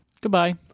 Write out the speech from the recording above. Goodbye